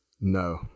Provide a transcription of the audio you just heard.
No